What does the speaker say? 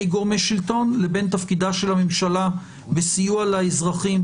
גורמי שלטון לבין תפקידה של הממשלה בסיוע לאזרחים,